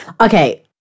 Okay